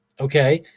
okay.